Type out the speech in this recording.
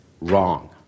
wrong